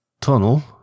Tunnel